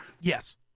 Yes